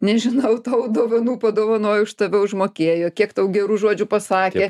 nežinau tau dovanų padovanojo už tave užmokėjo kiek tau gerų žodžių pasakė